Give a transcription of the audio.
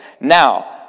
now